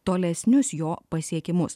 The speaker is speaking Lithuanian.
tolesnius jo pasiekimus